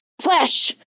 Flesh